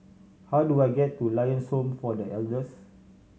how do I get to Lions Home for The Elders